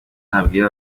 nabwira